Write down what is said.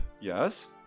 Yes